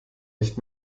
nicht